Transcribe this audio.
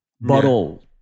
bottle